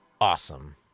awesome